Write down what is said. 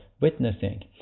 witnessing